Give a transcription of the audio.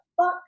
fuck